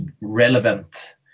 relevant